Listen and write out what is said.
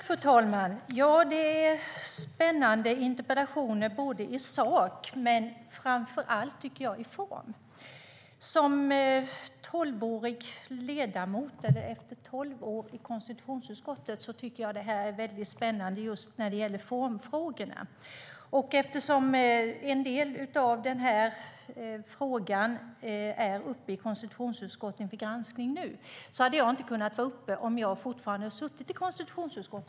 Fru talman! Detta är spännande interpellationer i sak men framför allt i form. Efter tolv år som ledamot i konstitutionsutskottet tycker jag att just formfrågorna är väldigt spännande. Eftersom en del av frågan är uppe i konstitutionsutskottet för granskning nu hade jag inte kunnat gå upp i talarstolen om jag fortfarande hade suttit i konstitutionsutskottet.